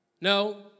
No